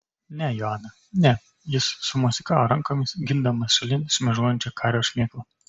ne joana ne jis sumosikavo rankomis gindamas šalin šmėžuojančią kario šmėklą